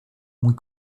muy